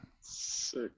sick